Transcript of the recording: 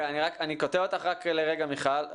אני קוטע אותך רק לרגע, מיכל.